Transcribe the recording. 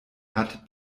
hat